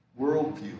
worldview